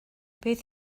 beth